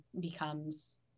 becomes